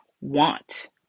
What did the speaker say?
want